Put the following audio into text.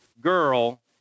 girl